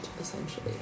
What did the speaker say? essentially